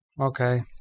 Okay